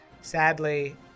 Sadly